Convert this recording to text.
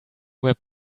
were